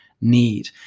need